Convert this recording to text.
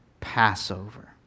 Passover